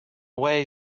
way